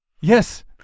Yes